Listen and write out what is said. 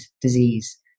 disease